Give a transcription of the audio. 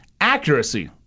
Accuracy